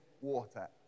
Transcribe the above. water